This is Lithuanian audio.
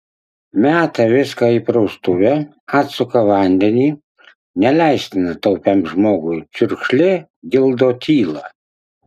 meta viską į praustuvę atsuka vandenį neleistina taupiam žmogui čiurkšlė gildo tylą